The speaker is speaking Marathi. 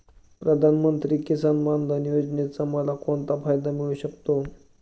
प्रधानमंत्री किसान मान धन योजनेचा मला कोणता फायदा मिळू शकतो?